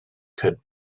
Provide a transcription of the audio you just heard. could